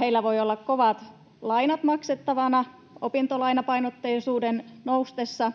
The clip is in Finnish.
Heillä voi olla kovat lainat maksettavana opintolainapainotteisuuden noustessa.